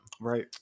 Right